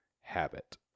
habit